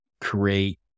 create